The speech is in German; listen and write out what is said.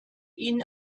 ihn